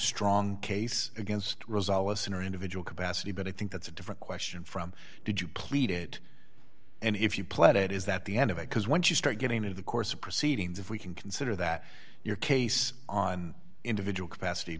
strong case against rizal a center individual capacity but i think that's a different question from did you plead it and if you played it is that the end of it because once you start getting into the course of proceedings if we can consider that your case on individual capacity